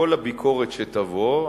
כל הביקורת שתבוא,